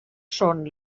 són